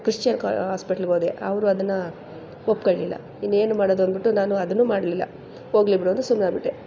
ಕ್ರಿಶ್ ಆಸ್ಪೆಟ್ಲ್ಗೋದೆ ಅವರು ಅದನ್ನು ಒಪ್ಕೊಳ್ಳಿಲ್ಲ ಇನ್ನೇನು ಮಾಡೋದು ಅಂದ್ಬಿಟ್ಟು ನಾನು ಅದನ್ನು ಮಾಡಲಿಲ್ಲ ಹೋಗಲಿ ಬಿಡು ಅಂತ ಸುಮ್ಮನಾಗ್ಬಿಟ್ಟೆ